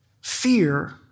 fear